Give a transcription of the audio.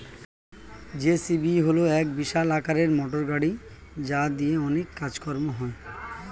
JCB হল এক বিশাল আকারের মোটরগাড়ি যা দিয়ে অনেক কাজ কর্ম হয়